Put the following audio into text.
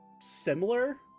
similar